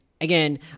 again